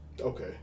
Okay